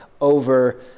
over